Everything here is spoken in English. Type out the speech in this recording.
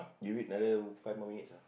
you wait another five more minutes ah